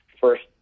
first